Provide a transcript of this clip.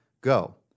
Go